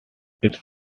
its